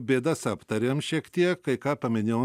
bėdas aptarėm šiek tiek kai ką paminėjau